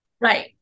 Right